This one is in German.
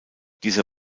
dieser